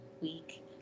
week